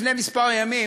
לפני כמה ימים